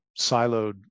siloed